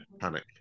panic